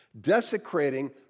desecrating